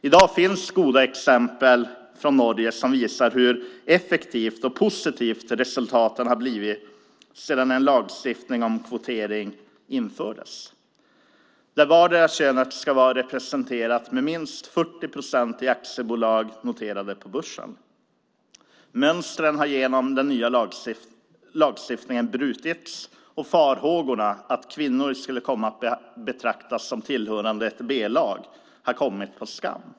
I dag finns goda exempel från Norge som visar hur effektivt och positivt resultatet har blivit sedan en lagstiftning om kvotering infördes, där vardera könet ska vara representerat med minst 40 procent i aktiebolag noterade på börsen. Mönstren har genom den nya lagstiftningen brutits. Farhågorna att kvinnor skulle komma att betraktas som tillhörande ett B-lag har kommit på skam.